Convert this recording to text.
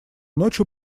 ночью